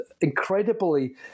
incredibly